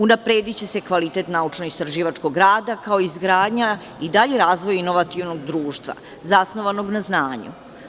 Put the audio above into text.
Unaprediće se kvalitet naučno-istraživačkog rada, kao i izgradnja i dalji razvoj inovativnog društva zasnovanog na znanju.